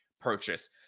purchase